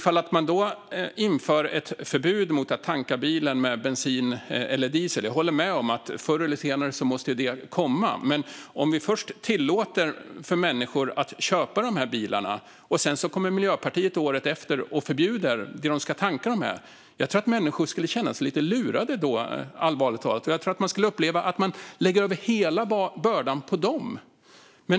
Jag håller med om att det förr eller senare måste komma ett förbud mot att tanka bensin och diesel, men om vi först tillåter människor att köpa de här bilarna och Miljöpartiet sedan kommer året efter och förbjuder det som de ska tanka dem med tror jag att människor skulle känna sig lite lurade, allvarligt talat. Och jag tror att de skulle uppleva att man lägger över hela bördan på dem.